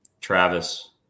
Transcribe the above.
Travis